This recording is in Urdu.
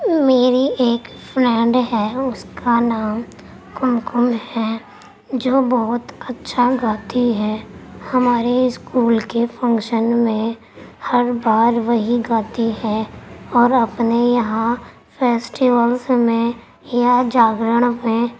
میری ایک فرینڈ ہے اس کا نام کمکم ہے جو بہت اچھا گاتی ہے ہمارے اسکول کے فنکشن میں ہر بار وہی گاتی ہے اور اپنے یہاں فیسٹیولس میں یا جاگرن میں